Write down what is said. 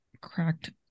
cracked